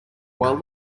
while